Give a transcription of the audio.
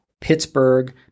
Pittsburgh